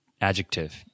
adjective